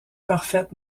parfaite